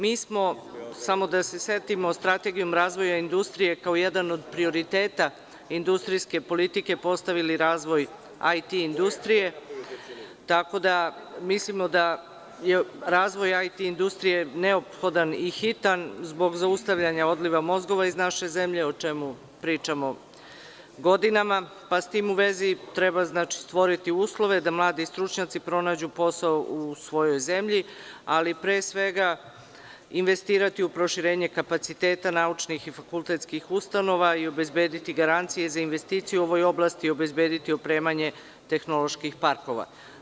Mi smo, samo da se setimo, strategijom razvoja industrije, kao jedan od prioriteta industrijske politike, postavili razvoj IT industrije, tako da mislimo da je razvoj IT industrije neophodan i hitan zbog zaustavljanja odliva mozgova iz naše zemlje, o čemu pričamo godinama, pa sa tim u vezi treba stvoriti uslove da mladi stručnjaci pronađu posao u svojoj zemlji, ali pre svega investirati u proširenje kapaciteta naučnih i fakultetskih ustanova i obezbediti garancije za investicije u ovoj oblasti i obezbediti opremanje tehnoloških parkova.